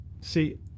See